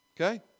Okay